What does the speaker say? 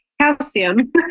calcium